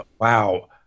Wow